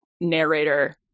narrator